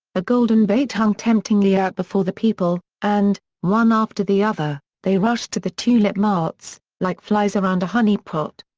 a golden bait hung temptingly out before the people, and, one after the other, they rushed to the tulip marts, like flies around a honey-pot.